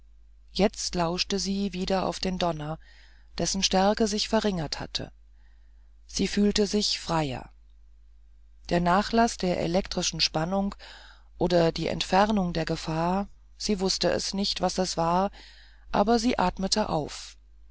jetzt lauschte sie wieder auf den donner dessen stärke sich verringert hatte sie fühlte sich freier der nachlaß der elektrischen spannung oder die entfernung der gefahr sie wußte nicht was es war aber sie atmete auf